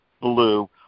blue